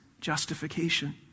justification